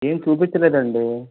ఏమి చూపించలేదండి